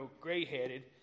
gray-headed